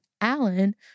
Alan